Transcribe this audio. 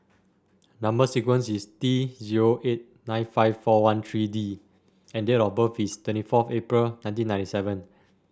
number sequence is T zero eight nine five four one three D and date of birth is twenty four April nineteen ninety seven